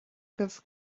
agaibh